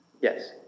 Yes